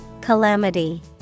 Calamity